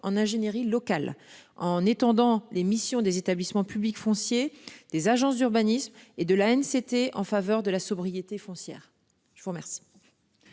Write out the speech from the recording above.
en ingénierie locale en étendant les missions des établissements publics fonciers des agences d'urbanisme et de la haine. C'était en faveur de la sobriété foncière. Je vous remercie.--